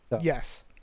Yes